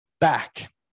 back